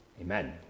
amen